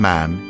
Man